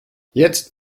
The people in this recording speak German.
jetzt